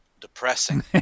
depressing